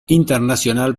internacional